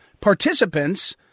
participants